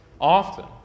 often